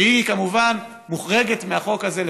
שהיא כמובן מוחרגת מהחוק הזה,